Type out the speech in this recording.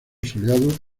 soleado